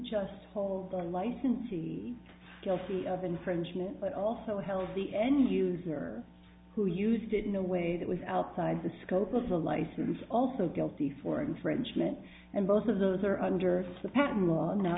just hold the licensee guilty of infringement but also held the end user who used it in a way that was outside the scope of the license also guilty for infringement and both of those are under patent law now